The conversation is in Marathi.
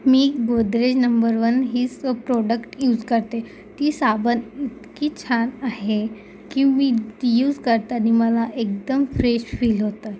मी गोदरेज नंबर वन ही सोप प्रोडक्ट यूज करते ती साबण इतकी छान आहे की मी यूज करताना मला एकदम फ्रेश फील होतं